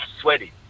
sweaty